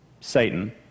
Satan